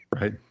Right